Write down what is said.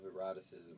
eroticism